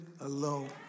alone